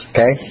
Okay